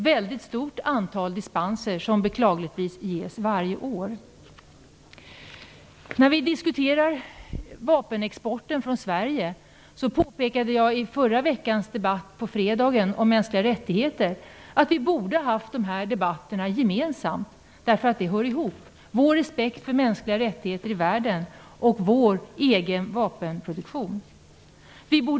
Enligt vad jag har förstått ges det beklagligtvis ett mycket stort antal dispenser varje år. I förra fredagens debatt om mänskliga rättigheter påpekade jag att vi borde ha haft de här debatterna gemensamt, därför att vår respekt för mänskliga rättigheter i världen och vår egen vapenproduktion hör ihop.